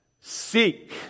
seek